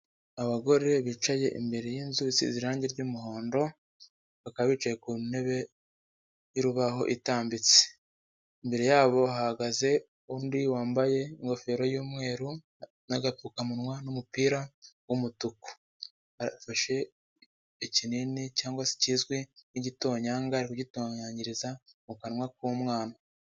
Abagore bicaye imbere y'inzu isize irange ry'umuhondo, bakaba bicaye ku ntebe y'urubaho itambitse, imbere yabo hahagaze undi wambaye ingofero y'umweru n'agapfukamunwa n'umupira w'umutuku, afashe ikinini cyangwa se ikizwi nk'igitonyanga ari kugitonyangiriza mu kanwa k'umwana.